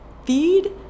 feed